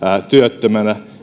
työttömänä